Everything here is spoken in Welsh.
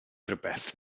rywbeth